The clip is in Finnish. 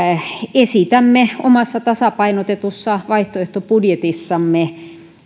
esitämme omassa tasapainotetussa vaihtoehtobudjetissamme